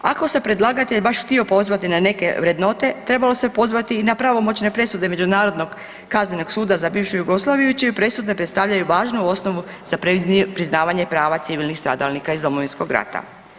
Ako se predlagatelj baš htio pozvati na neke vrednote trebalo se pozvati na pravomoćne presude Međunarodnog kaznenog suda za bivšu Jugoslaviju čije presude predstavljaju važnu osnovu za priznavanje prava civilnih stradalnika iz Domovinskog rata.